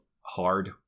hard